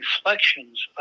Reflections